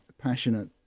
passionate